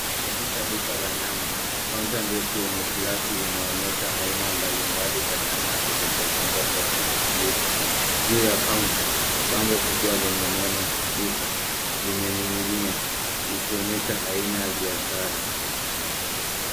Katika duka la nyama, kaunta ndefu yenye gilasi inaonyesha aina mbalimbali za nyama zilizopangwa kwa uangalifu. Juu ya kaunta, bango kubwa lenye neno butcher limening'inia likionyesha aina ya biashara.